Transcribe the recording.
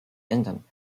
ändern